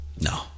no